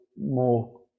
more